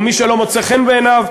ומי שלא מוצא חן בעיניו,